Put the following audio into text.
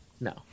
no